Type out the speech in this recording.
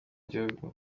gihugu